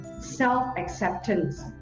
self-acceptance